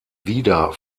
wieder